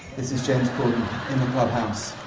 this james in the clubhouse.